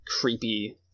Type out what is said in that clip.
creepy